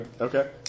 Okay